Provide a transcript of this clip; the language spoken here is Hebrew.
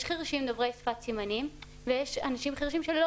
יש חירשים דוברי שפת סימנים ויש אנשים חירשים שהם לא